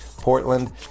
Portland